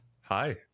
Hi